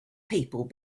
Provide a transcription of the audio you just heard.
people